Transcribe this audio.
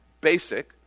basic